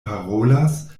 parolas